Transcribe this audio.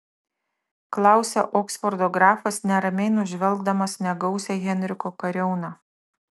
klausia oksfordo grafas neramiai nužvelgdamas negausią henriko kariauną